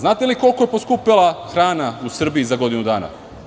Znate li vi koliko je poskupela hrana u Srbiji za godinu dana?